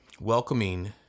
welcoming